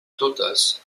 totes